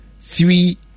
three